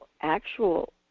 actual